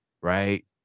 right